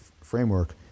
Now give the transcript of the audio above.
framework